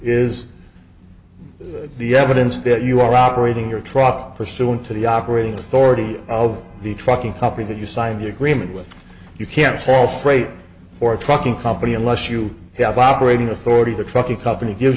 is the evidence that you are operating your truck pursuant to the operating with already of the trucking company that you signed the agreement with you can't fall straight for a trucking company unless you have operating authority the trucking company gives